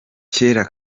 cyera